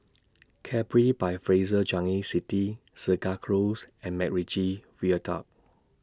Capri By Fraser Changi City Segar Close and Macritchie Viaduct